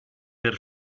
per